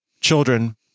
children